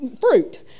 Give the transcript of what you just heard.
fruit